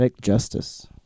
justice